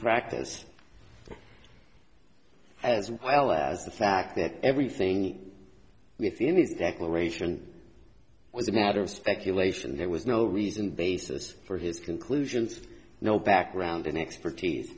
practice as well as the fact that everything within its declaration was a matter of speculation there was no reason basis for his conclusions no background in expertise